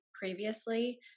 previously